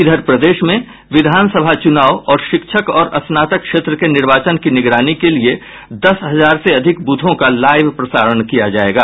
इधर प्रदेश में विधानसभा चूनाव शिक्षक और स्नातक क्षेत्र के निर्वाचन की निगरानी के लिये दस हजार से अधिक बूथों का लाइव प्रसारण किया जायेगा